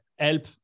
help